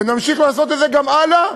ונמשיך לעשות את זה גם הלאה,